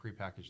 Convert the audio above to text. prepackaged